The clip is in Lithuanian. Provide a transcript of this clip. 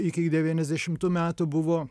iki devyniasdešimtų metų buvo